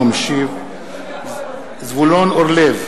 משתתף בהצבעה זבולון אורלב,